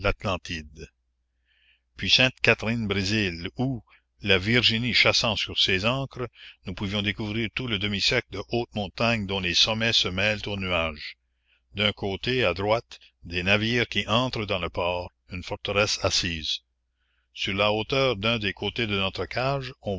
l'atlantide puis sainte-catherine brésil où la virginie chassant sur ses ancres nous pouvions découvrir tout le demi cercle de hautes montagnes dont les sommets se mêlent aux nuages d'un côté à droite des navires qui entrent dans le port une forteresse assise sur la hauteur d'un des côtés de notre cage